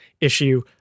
issue